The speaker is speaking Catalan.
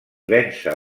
vèncer